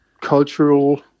cultural